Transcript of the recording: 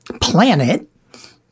planet